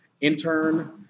Intern